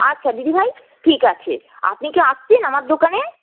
আচ্ছা দিদিভাই ঠিক আছে আপনি কি আসছেন আমার দোকানে